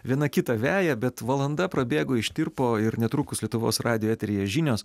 viena kitą veja bet valanda prabėgo ištirpo ir netrukus lietuvos radijo eteryje žinios